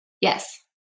Yes